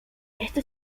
esto